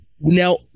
now